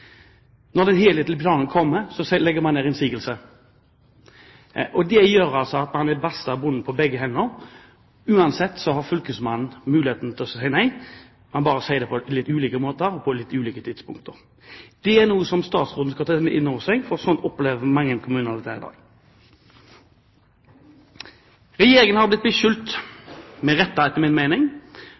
Når den helhetlige planen kommer, legges det inn innsigelser. Det gjør at man blir bastet og bundet på begge hender. Uansett har fylkesmannen muligheten til å si nei. Han bare sier det på litt ulike måter på litt ulike tidspunkt. Det er noe som statsråden skal ta inn over seg, for sånn opplever mange kommuner det hver dag. Regjeringen har blitt beskyldt – med rette, etter min mening